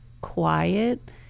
quiet